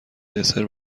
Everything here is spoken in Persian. دسر